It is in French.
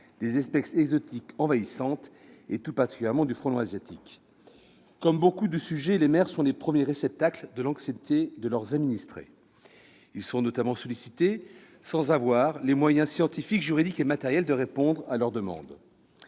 des espèces exotiques envahissantes, et tout particulièrement du frelon asiatique. Comme pour beaucoup de sujets, les maires sont les premiers réceptacles de l'anxiété de leurs administrés. Ils sont notamment sollicités sans avoir les moyens scientifiques, juridiques et matériels de répondre à leurs demandes.